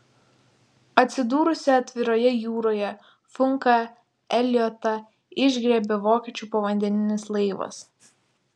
atsidūrusį atviroje jūroje funką eliotą išgriebė vokiečių povandeninis laivas